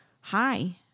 hi